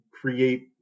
create